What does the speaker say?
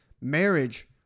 marriage